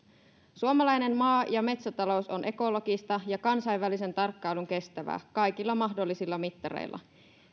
suomalainen maa ja metsätalous on ekologista ja kansainvälisen tarkkailun kestävää kaikilla mahdollisilla mittareilla